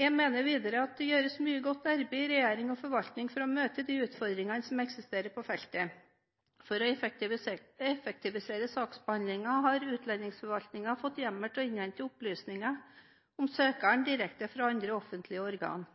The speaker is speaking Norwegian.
Jeg mener videre at det gjøres mye godt arbeid i regjeringen og i forvaltningen for å møte de utfordringene som eksisterer på feltet. For å effektivisere saksbehandlingen har